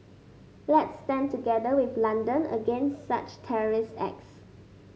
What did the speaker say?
let's stand together with London against such terrorist acts